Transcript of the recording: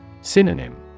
Synonym